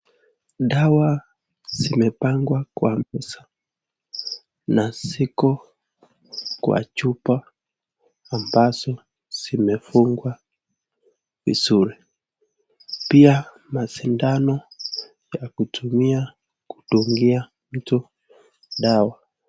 Dawa zimepangwa kwa usawa na ziko kwa chupa ambazo zimefungwa vizuri. Pia, masindano ya kutumia kudungia mtu dawa.